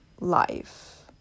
life